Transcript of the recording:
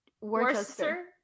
Worcester